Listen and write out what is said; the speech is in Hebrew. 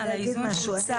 הם לא מעולם המשפטים.